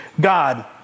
God